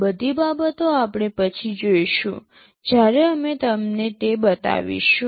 આ બધી બાબતો આપણે પછી જોઇશું જ્યારે અમે તમને તે બતાવીશું